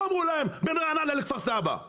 לא אמרו להם בין רעננה לכפר סבא,